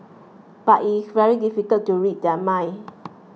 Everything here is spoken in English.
but it is very difficult to read their minds